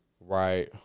Right